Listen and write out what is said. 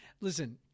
listen